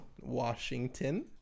Washington